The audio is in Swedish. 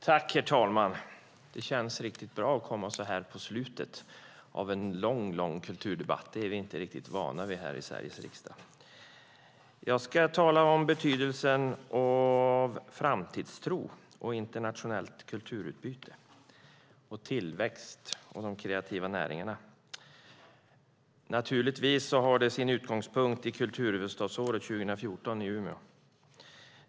Herr talman! Det känns riktigt bra att komma så här i slutet av en lång kulturdebatt. Det är vi inte riktigt vana vid här i Sveriges riksdag. Jag ska tala om betydelsen av framtidstro, internationellt kulturutbyte och tillväxt i de kreativa näringarna. Naturligtvis har det sin utgångspunkt i kulturhuvudstadsåret 2014 i Umeå.